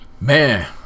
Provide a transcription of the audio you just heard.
Man